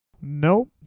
Nope